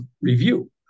review